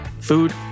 food